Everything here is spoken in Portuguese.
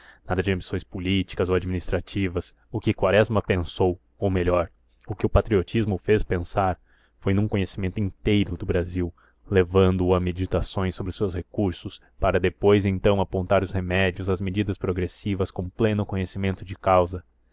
nada de ambições políticas ou administrativas o que quaresma pensou ou melhor o que o patriotismo o fez pensar foi num conhecimento inteiro do brasil levando-o a meditações sobre os seus recursos para depois então apontar os remédios as medidas progressivas com pleno conhecimento de causa